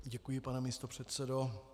Děkuji, pane místopředsedo.